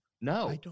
No